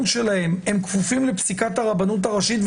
שלהם כפופים לפסיקת הרבנות הראשית,